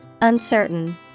Uncertain